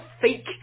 fake